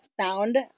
Sound